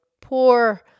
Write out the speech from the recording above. poor